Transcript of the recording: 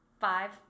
five